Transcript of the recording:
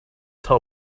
tell